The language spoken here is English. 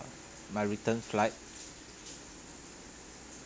my return flight